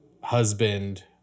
husband